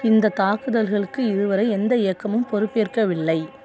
இந்தத் தாக்குதல்களுக்கு இதுவரை எந்த இயக்கமும் பொறுப்பேற்கவில்லை